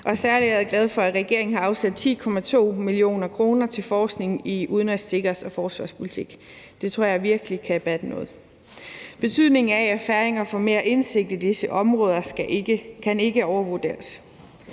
Særlig er jeg glad for, at regeringen har afsat 10,2 mio. kr. til forskning i udenrigs-, sikkerheds- og forsvarspolitik. Det tror jeg virkelig kan batte noget. Betydningen af, at færinger får mere indsigt i disse områder, kan ikke overvurderes.